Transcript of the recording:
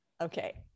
Okay